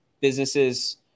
businesses